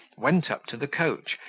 went up to the coach,